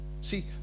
see